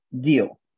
deal